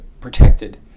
Protected